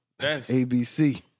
ABC